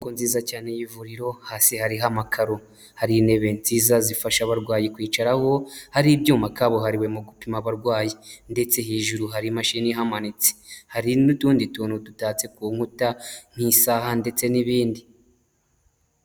Inyubako nziza cyane y'ivuriro, hasi hari amakaro, hari intebe nziza zifasha abarwayi kwicaraho, hari ibyuma kabuhariwe mu gupima abarwayi, ndetse hejuru hari imashini ihamanitse, hari n'utundi tuntu dutatse ku nkuta nk'isaha ndetse n'ibindi.